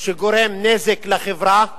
שגורם נזק לחברה,